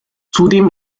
zudem